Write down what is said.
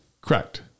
Correct